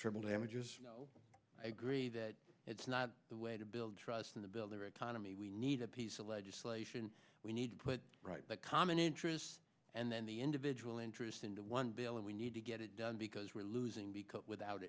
triple damages i agree that it's not the way to build trust in the builder economy we need a piece of legislation we need to put the common interests and then the individual interests into one bill and we need to get it done because we're losing because without